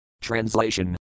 Translation